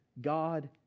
God